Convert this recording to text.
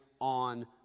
on